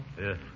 Yes